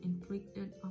inflicted